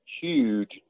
huge